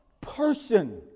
person